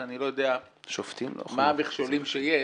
כשאני לא יודע מה המכשולים שיש,